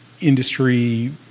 industry